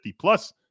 Plus